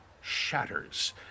shatters